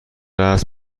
است